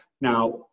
Now